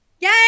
Yay